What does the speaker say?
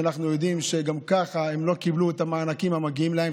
שאנחנו יודעים שגם ככה הם לא קיבלו את המענקים המגיעים להם,